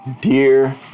Dear